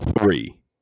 three